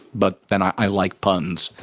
but then i like puns.